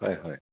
হয় হয়